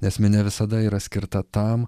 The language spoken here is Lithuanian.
nes minia visada yra skirta tam